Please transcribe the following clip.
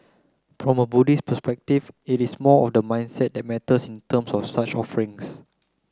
from a Buddhist perspective it is more of the mindset that matters in terms of such offerings